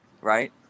Right